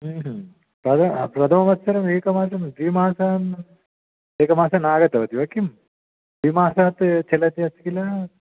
तद् प्रथमवत्सरम् एकमासं द्विमासम् एकमासं नागतवती वा किं द्विमासात् चलद् अस्ति किल